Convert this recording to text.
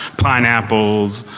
pineapples,